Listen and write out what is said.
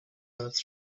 earth